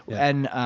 and,